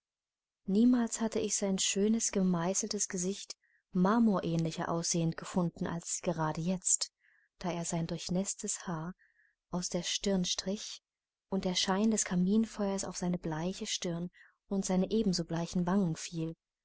niemals hatte ich sein schönes gemeißeltes gesicht marmorähnlicher aussehend gefunden als gerade jetzt da er sein durchnäßtes haar aus der stirn strich und der schein des kaminfeuers auf seine bleiche stirn und seine ebenso bleichen wangen fiel